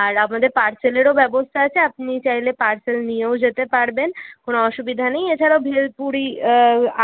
আর আমাদের পার্সেলেরও ব্যবস্থা আছে আপনি চাইলে পার্সেল নিয়েও যেতে পারবেন কোন অসুবিধা নেই এছাড়াও ভেলপুরি